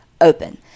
Open